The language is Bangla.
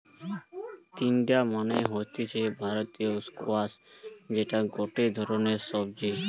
তিনডা মানে হতিছে ভারতীয় স্কোয়াশ যেটা গটে ধরণের সবজি